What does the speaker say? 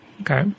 Okay